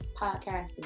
podcasting